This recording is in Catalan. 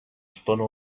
estona